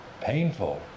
painful